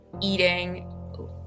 eating